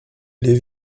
les